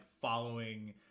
following